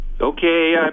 Okay